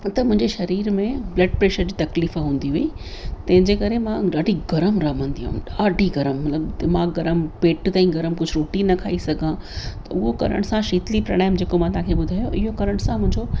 त मुंहिंजे शरीर में ब्लड प्रेशर जी तकलीफ़ हूंदी हुई तंहिंजे करे मां ॾाढी गरम रहंदी हुयमि ॾाढी गरम मतिलब दीमाग़ु गरम पेट ताईं गरम कुछ रोटी न खाई सघां उहो करण सां शीतली प्राणायाम जेको मां तव्हांखे ॿुधायो इहो करण सां मुंहिंजो